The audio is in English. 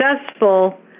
successful